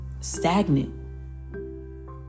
stagnant